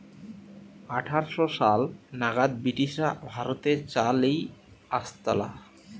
আঠার শ সাল নাগাদ ব্রিটিশরা ভারতে চা লেই আসতালা